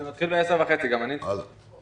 זה מתחיל ב-10:30, גם אני --- בינתיים